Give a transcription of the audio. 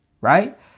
right